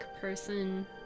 person